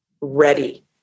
ready